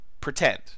pretend